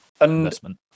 investment